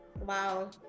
Wow